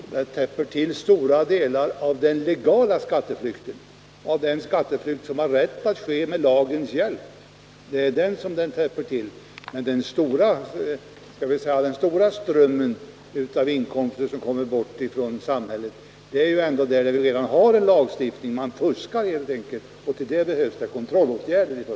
Herr talman! Man täpper till stora delar av den legala skatteflykten, dvs. den skatteflykt som kan ske med lagens hjälp. När det gäller den stora strömmen av skatteinkomster som samhället förlorar har vi redan en lagstiftning. Man fuskar helt enkelt. Därför behövs det i första hand kontrollåtgärder.